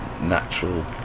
natural